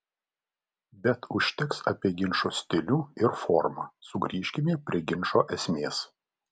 bet užteks apie ginčo stilių ar formą sugrįžkime prie ginčo esmės